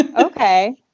Okay